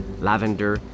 lavender